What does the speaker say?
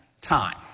time